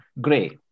Great